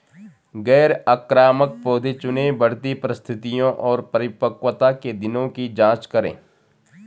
गैर आक्रामक पौधे चुनें, बढ़ती परिस्थितियों और परिपक्वता के दिनों की जाँच करें